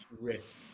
risk